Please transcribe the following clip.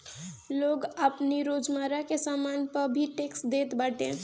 लोग आपनी रोजमर्रा के सामान पअ भी टेक्स देत बाटे